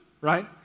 right